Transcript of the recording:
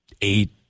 eight